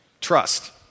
Trust